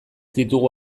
ditugu